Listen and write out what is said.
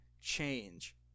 change